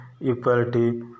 equality